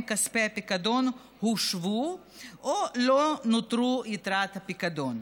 כספי הפיקדון הושבו או לא נותרה יתרת פיקדון.